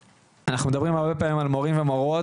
אנחנו מדברים הרבה פעמים על מורים ומורות.